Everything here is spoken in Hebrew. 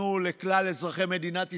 ונתנו לכלל אזרחי מדינת ישראל,